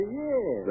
yes